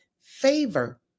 favor